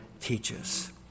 teaches